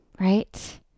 right